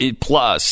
Plus